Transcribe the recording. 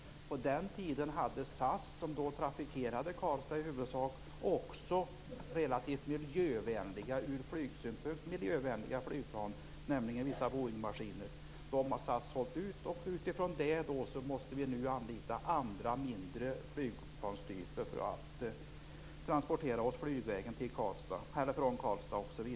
På den tiden hade SAS, som då i huvudsak trafikerade Karlstad, också relativt miljövänliga flygplan. Dessa har nu sålts ut och därför måste man använda mindre flykplanstyper för transporter till och från Karlstad.